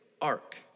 ark